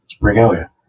regalia